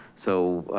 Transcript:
so